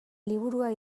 liburua